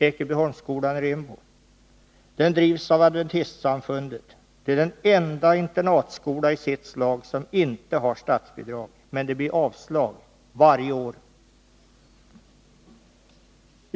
Denna skola drivs av Adventistsamfundet och är den enda internatskola i sitt slag som inte har statsbidrag. Men det blir avslag varje år.